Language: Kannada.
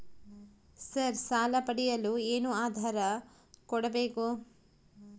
ಸರ್ ಸಾಲ ಪಡೆಯಲು ಏನು ಆಧಾರ ಕೋಡಬೇಕು?